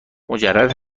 مجرد